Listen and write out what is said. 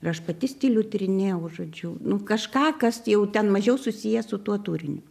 ir aš pati stilių tyrinėjau žodžiu nu kažką kas jau ten mažiau susiję su tuo turiniu